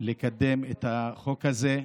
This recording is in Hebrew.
לקדם את החוק הזה.